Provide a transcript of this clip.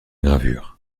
gravure